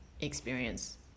experience